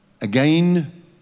Again